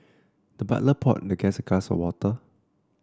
the butler poured the guest a glass of water